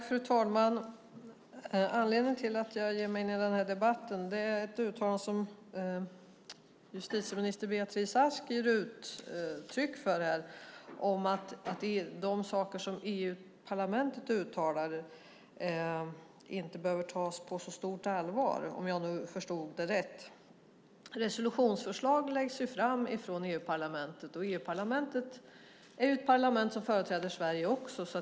Fru talman! Anledningen till att jag ger mig in i den här debatten är ett uttalande som justitieminister Beatrice Ask gjorde här om att de saker som EU-parlamentet uttalar inte behöver tas på så stort allvar, om jag förstod det rätt. Resolutionsförslag läggs fram av EU-parlamentet. EU-parlamentet är ett parlament som företräder Sverige också.